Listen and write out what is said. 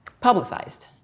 publicized